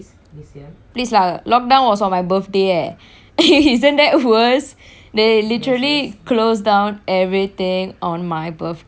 please lah lockdown was on my birthday eh isn't that worse they literally closed down everything on my birthday